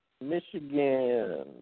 Michigan